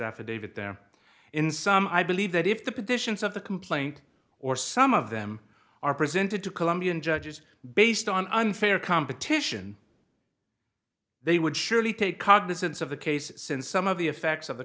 affidavit there in some i believe that if the petitions of the complaint or some of them are presented to colombian judges based on unfair competition they would surely take cognizance of the case since some of the effects of the